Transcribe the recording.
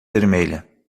vermelha